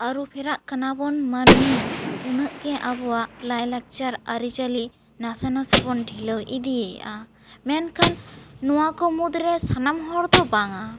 ᱟᱹᱨᱩ ᱯᱷᱮᱨᱟᱜ ᱠᱟᱱᱟ ᱵᱚᱱ ᱢᱟᱹᱱᱢᱤ ᱩᱱᱟᱹᱜ ᱜᱮ ᱟᱵᱚᱣᱟᱜ ᱞᱟᱭ ᱞᱟᱠᱪᱟᱨ ᱟᱹᱨᱤ ᱪᱟᱹᱞᱤ ᱱᱟᱥᱮ ᱱᱟᱥᱮ ᱵᱚᱱ ᱰᱷᱤᱞᱟᱹᱣ ᱤᱫᱤᱭᱮᱜᱼᱟ ᱢᱮᱱᱠᱷᱟᱱ ᱱᱚᱣᱟ ᱠᱚ ᱢᱩᱫᱽ ᱨᱮ ᱥᱟᱱᱟᱢ ᱦᱚᱲ ᱫᱚ ᱵᱟᱝᱼᱟ